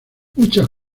muchas